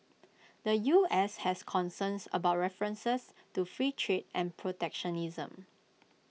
the U S has concerns about references to free trade and protectionism